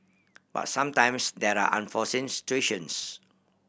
but sometimes there are unforeseen